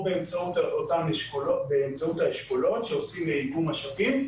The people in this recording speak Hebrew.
או באמצעות האשכולות שעושים איגום משאבים.